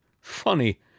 Funny